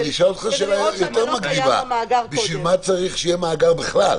אשאל אותך שאלה מקדימה יותר - בשביל מה צריך שיהיה מאגר בכלל?